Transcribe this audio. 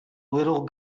little